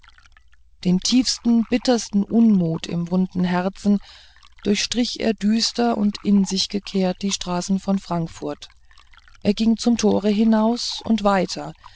den tiefsten bittersten unmut im wunden herzen durchstrich er düster und in sich gekehrt die straßen von frankfurt er ging zum tore hinaus und weiter